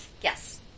Yes